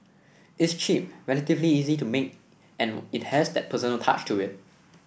it's cheap relatively easy to make and it has that personal touch to it